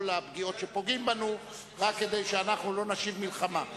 הפגיעות שפוגעים בנו רק כדי שאנחנו לא נשיב מלחמה.